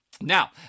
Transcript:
Now